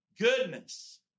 goodness